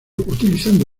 utilizando